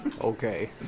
Okay